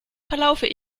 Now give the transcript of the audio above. verlaufe